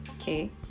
Okay